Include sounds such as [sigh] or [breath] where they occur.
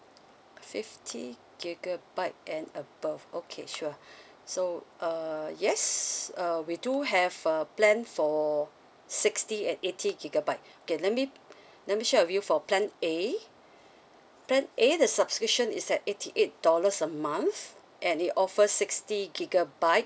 fifty gigabyte and above okay sure [breath] so uh yes uh we do have a plan for sixty and eighty gigabyte [breath] okay let me [breath] let me share with you for plan A [breath] plan A the subscription is at eighty eight dollars a month and it offers sixty gigabyte